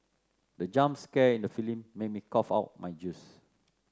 the jump scare in the filming made me cough out my juice